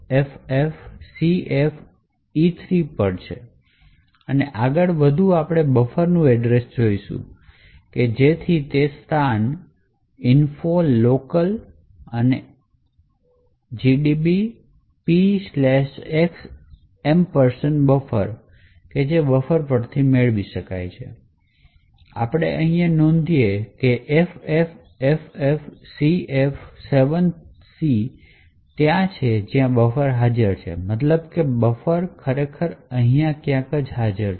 આ FFFFCFEC પર છે અને આગળ વધુ આપણે બફરનું એડ્રેશaddress જોઈએ છે જેથી તે સ્થાન gdb info locals અને gdb px buffer બફર પરથી મેળવી શકાય અને અમે નોંધ લઈએ કે FFFFCF7C ત્યાં છે જ્યાં બફર હાજર છે મતલબ કે બફર ખરેખર અહીં ક્યાંક હાજર છે